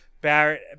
Barrett